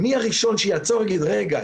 מי הראשון שיעצור ויגיד: רגע,